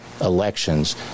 elections